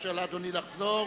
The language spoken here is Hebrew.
מאפשר לאדוני לחזור,